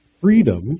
freedom